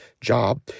job